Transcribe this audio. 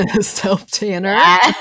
Self-tanner